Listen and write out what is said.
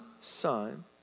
son